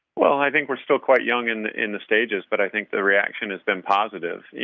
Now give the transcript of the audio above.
well i think we're still quite young and in the stages, but i think the reaction has been positive.